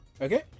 Okay